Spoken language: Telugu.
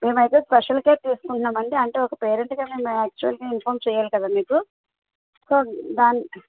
మేమైతే స్పెషల్ కేర్ తీసుకుంటున్నాం అండి అంటే ఒక పేరెంట్గా మేము యాక్చువల్గా ఇన్ఫాం చేయాలి కదా మీకు సో దాన్